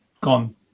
gone